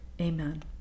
Amen